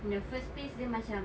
in the first place dia macam